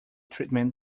treatment